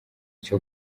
cyo